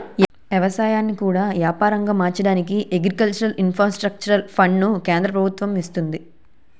ఎవసాయాన్ని కూడా యాపారంగా మార్చడానికి అగ్రికల్చర్ ఇన్ఫ్రాస్ట్రక్చర్ ఫండును కేంద్ర ప్రభుత్వము ఇస్తంది